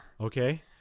Okay